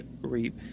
reap